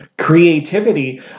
creativity